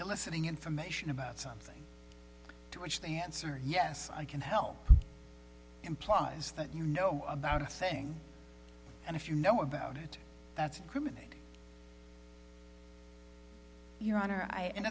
eliciting information about something to which they answer yes i can help implies that you know about a thing and if you know about it that's criminal your honor i in